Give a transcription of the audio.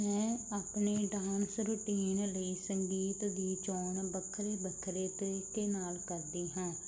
ਮੈਂ ਆਪਣੇ dance routine ਲਈ ਸੰਗੀਤ ਦੀ ਚੋਣ ਵੱਖਰੇ ਵੱਖਰੇ ਤਰੀਕੇ ਨਾਲ ਕਰਦੀ ਹਾਂ